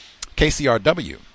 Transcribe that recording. KCRW